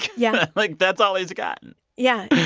yeah like, that's all he's gotten yeah.